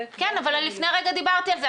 כן, אבל לפני רגע דיברתי על זה.